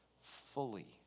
fully